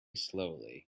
slowly